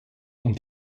und